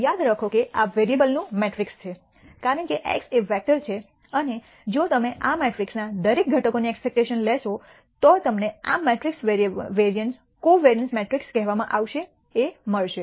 યાદ રાખો કે આ વેરીએબ્લસનું મેટ્રિક્સ છે કારણ કે x એ વેક્ટર છે અને જો તમે આ મેટ્રિક્સના આ દરેક ઘટકોની એક્સપેક્ટશન લેશો તો તમને આ મેટ્રિક્સ વેરિઅન્સ કવોરીઅન્સ મેટ્રિક્સ કહેવામાં આવશે એ મળશે